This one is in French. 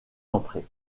entrées